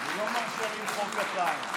אני לא מרשה למחוא כפיים.